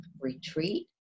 retreat